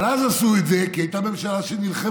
אבל אז עשו את זה כי הייתה ממשלה שנלחמה,